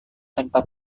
tanpa